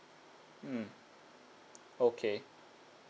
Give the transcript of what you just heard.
mm okay